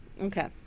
Okay